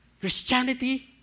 Christianity